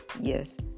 Yes